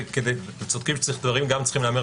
אתם צודקים שדברים גם צריכים להיאמר